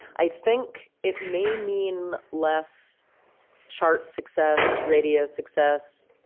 i think it may mean less chart success, radio success,